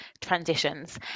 transitions